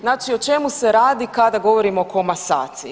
Znači o čemu se radi kada govorimo o komasaciji?